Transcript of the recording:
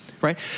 Right